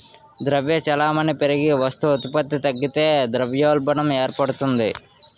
ద్రవ్య చలామణి పెరిగి వస్తు ఉత్పత్తి తగ్గితే ద్రవ్యోల్బణం ఏర్పడుతుంది